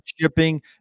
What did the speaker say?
shipping